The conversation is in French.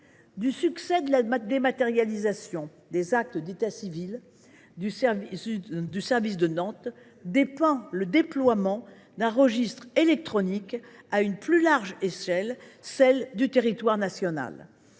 Du succès de la dématérialisation des actes d’état civil du service de Nantes dépend le déploiement d’un registre électronique à une plus large échelle, celle du territoire national,